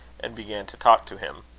and began to talk to him.